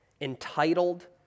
entitled